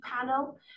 panel